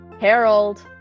Harold